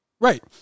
Right